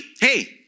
hey